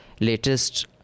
latest